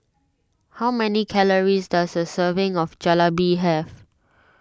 how many calories does a serving of Jalebi have